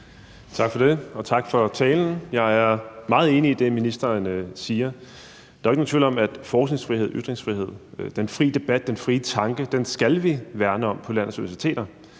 Tak for det, og tak for talen. Jeg er meget enig i det, ministeren siger. Der er jo ikke nogen tvivl om, at forskningsfrihed og ytringsfrihed og den frie debat og den frie tanke skal vi værne om på landets universiteter,